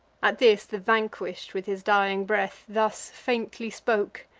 at this the vanquish'd, with his dying breath, thus faintly spoke,